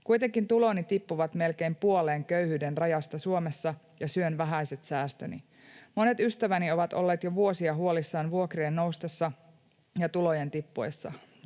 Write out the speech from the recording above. Kuitenkin tuloni tippuvat melkein puoleen köyhyyden rajasta Suomessa, ja syön vähäiset säästöni. Monet ystäväni ovat olleet jo vuosia huolissaan vuokrien noustessa ja tulojen tippuessa.